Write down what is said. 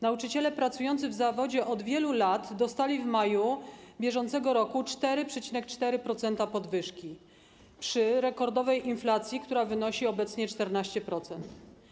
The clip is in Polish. Nauczyciele pracujący w zawodzie od wielu lat dostali w maju bieżącego roku 4,4% podwyżki przy rekordowej inflacji, która wynosi obecnie 14%.